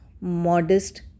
modest